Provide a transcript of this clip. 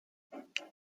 siete